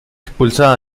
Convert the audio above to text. expulsada